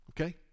okay